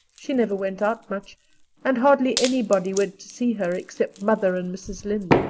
she never went out much and hardly anybody went to see her except mother and mrs. lynde.